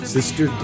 Sister